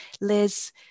Liz